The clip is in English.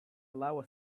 allow